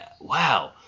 wow